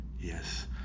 Yes